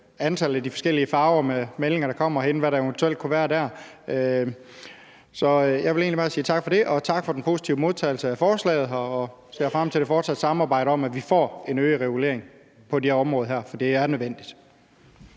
antallet af de forskellige farver i forhold til de meldinger, der kommer, og hvad der evt. kunne være dér. Så jeg vil egentlig bare sige tak for det og tak for den positive modtagelse af forslaget, og jeg ser frem til det fortsatte samarbejde om, at vi får en øget regulering på det her område, for det er nødvendigt.